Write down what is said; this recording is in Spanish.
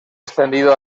ascendido